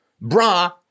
BRA